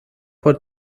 por